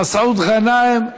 מסעוד גנאים,